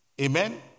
Amen